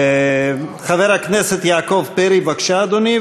חבר הכנסת יעקב פרי, בבקשה, אדוני.